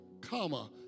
comma